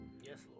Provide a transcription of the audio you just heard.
Yes